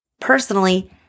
Personally